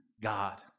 God